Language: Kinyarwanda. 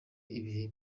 ibihe